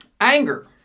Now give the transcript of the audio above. Anger